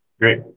Great